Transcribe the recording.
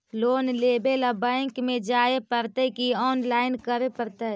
Loan लेवे ल bank में जाय पड़तै कि औनलाइन करे पड़तै?